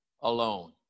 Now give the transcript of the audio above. alone